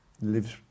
lives